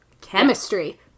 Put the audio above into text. chemistry